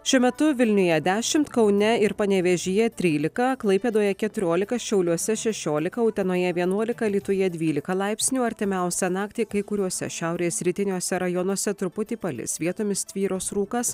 šiuo metu vilniuje dešimt kaune ir panevėžyje trylika klaipėdoje keturiolika šiauliuose šešiolika utenoje vienuolika alytuje dvylika laipsnių artimiausią naktį kai kuriuose šiaurės rytiniuose rajonuose truputį palis vietomis tvyros rūkas